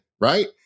right